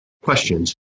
questions